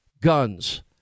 guns